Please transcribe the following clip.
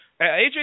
AJ